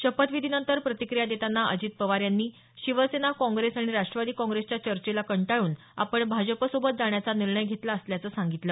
शपथविधीनंतर प्रतिक्रिया देताना अजित पवार यांनी शिवसेना काँग्रेस आणि राष्ट्रवादी काँग्रेसच्या चर्चेला कंटाळून आपण भाजपसोबत जाण्याचा निर्णय घेतला असल्याचं सांगितलं